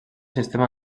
sistema